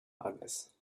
others